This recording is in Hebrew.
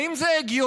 האם זה הגיוני,